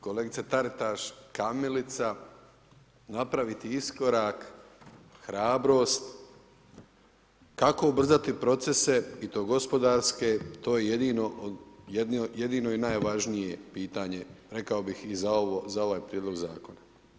Kolegice Taritaš kamilica napraviti iskorak hrabrost kako ubrzati procese i to gospodarske to je jedino i najvažnije pitanje rekao bih i za ovaj prijedlog zakona.